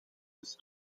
his